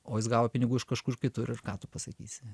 o jis gavo pinigų iš kažkur kitur ir ką tu pasakysi